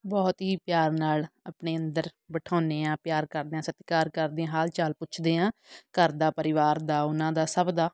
ਬਹੁਤ ਹੀ ਪਿਆਰ ਨਾਲ ਆਪਣੇ ਅੰਦਰ ਬਿਠਾਉਂਦੇ ਹਾਂ ਪਿਆਰ ਕਰਦੇ ਹਾਂ ਸਤਿਕਾਰ ਕਰਦੇ ਹਾਂ ਹਾਲ ਚਾਲ ਪੁੱਛਦੇ ਹਾਂ ਘਰ ਦਾ ਪਰਿਵਾਰ ਦਾ ਉਹਨਾਂ ਦਾ ਸਭ ਦਾ